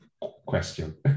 question